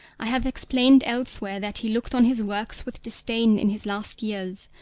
i have explained elsewhere that he looked on his works with disdain in his last years,